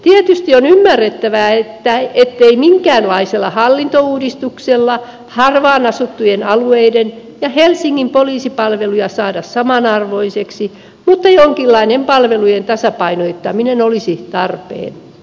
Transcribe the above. tietysti on ymmärrettävää ettei minkäänlaisella hallintouudistuksella harvaan asuttujen alueiden ja helsingin poliisipalveluja saada samanarvoisiksi mutta jonkinlainen palvelujen tasapainottaminen olisi tarpeen